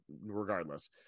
regardless